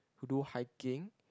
who do hiking